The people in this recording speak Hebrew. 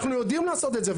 אנחנו יודעים לעשות את זה.